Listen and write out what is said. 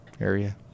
area